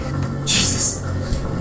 Jesus